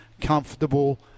comfortable